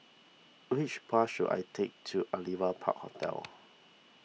which bus should I take to Aliwal Park Hotel